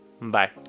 Bye